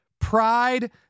pride